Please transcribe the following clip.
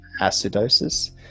acidosis